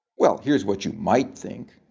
well here's what you might think.